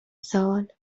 سال